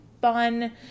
fun